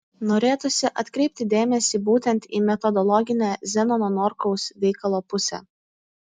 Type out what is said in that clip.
norėtųsi atkreipti dėmesį būtent į metodologinę zenono norkaus veikalo pusę